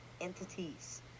entities